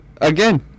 again